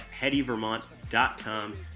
PettyVermont.com